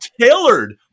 tailored